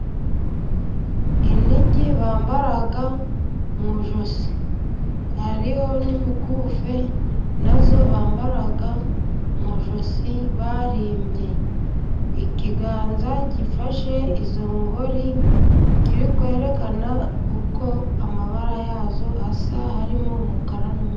Inigi bambara mu ijosi. Hariho n'imikufi na yo bambara mu ijosi barimbye. Ikiganza gifashe izo ngori kiri kwerekana uko amabara yazo asa, Harimo umukara n'umweru.